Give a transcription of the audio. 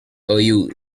ohio